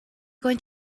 going